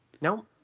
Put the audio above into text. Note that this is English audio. No